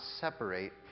separate